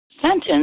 sentence